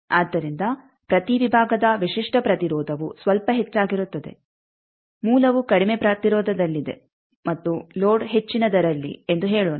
ಆದ್ದರಿಂದ ಪ್ರತಿ ವಿಭಾಗದ ವಿಶಿಷ್ಟ ಪ್ರತಿರೋಧವು ಸ್ವಲ್ಪ ಹೆಚ್ಚಾಗಿರುತ್ತದೆ ಮೂಲವು ಕಡಿಮೆ ಪ್ರತಿರೋಧದಲ್ಲಿದೆ ಮತ್ತು ಲೋಡ್ ಹೆಚ್ಚಿನದರಲ್ಲಿ ಎಂದು ಹೇಳೋಣ